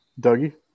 Dougie